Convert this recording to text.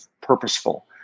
purposeful